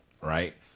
right